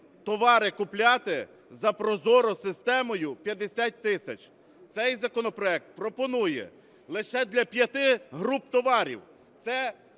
товари купляти за ProZorro системою 50 тисяч. Цей законопроект пропонує лише для п'яти груп товарів: